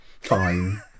fine